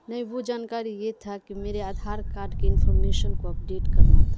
نہیں وہ جانکاری یہ تھا کہ میرے آدھار کارڈ کی انفارمیشن کو اپ ڈیٹ کرنا تھا